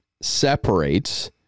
separates